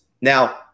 now